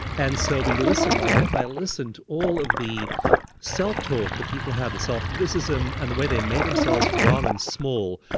and so we listened, my wife and i listened, to all of the self talk that people had, the self criticism, and the way they made themselves wrong and small.